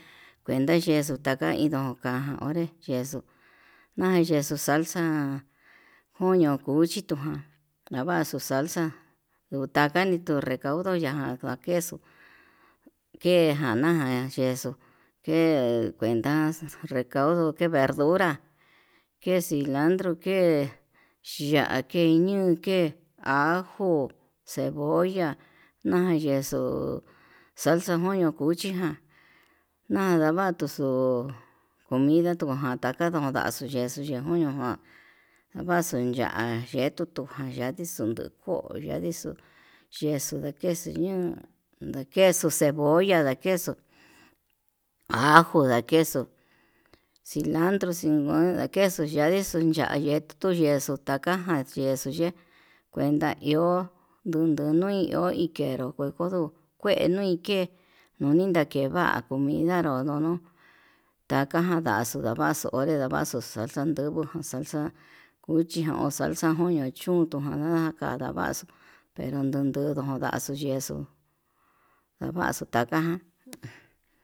Kuenta yexuu taka indo ka'a onre ye'e yexo na yexu salsa xa'a kuño cuchituján navaxu salsa utaka uni recaudu ya'a ndakexu kejana yexo'o ke kuenta recaudo ke verdura ke cilandro ke ya'á ke iñon ke ajo, cebolla, nayexo salsa koño cuchi ján nada vatu xuu comida tuján takadun ndaxu yexu xhikoño ján vaxuu ya'á yetujun yandixun tuu ko'o yandixu yexu kexuu ñuun, ndakexu cebolla, dakexu ajo, ndakexo cilandro ndakexu ya'a yetuu yexo taka chí yexuu ye'e kuenta iho tundu nui iho inguero kueko nduu kue nui ke'e nuni ndakeva comida ndodo nuu taka na'a nda'axu ndavaxu onré ndavaxu salsa ndubu jun salsa kuchi o salsa koño chondo ján kadavaxuu vee nro ndudu nundaxu yexuu ndavaxu taka.